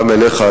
גם אליך,